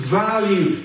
value